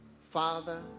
Father